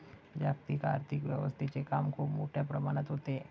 जागतिक आर्थिक व्यवस्थेचे काम खूप मोठ्या प्रमाणात होते